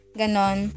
ganon